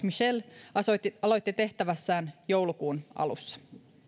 michel aloitti tehtävässään joulukuun alussa